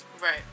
Right